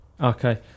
okay